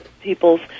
peoples